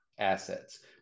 assets